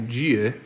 dia